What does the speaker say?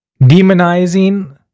demonizing